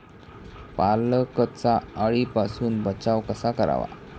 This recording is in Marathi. पालकचा अळीपासून बचाव कसा करावा?